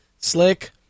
Slick